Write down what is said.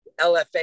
LFA